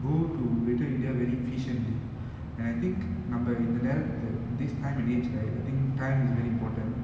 go to little india very efficient and I think நம்ம இந்த நேரத்த:namma intha neratha this time and age right I think time is very important